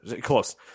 Close